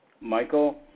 Michael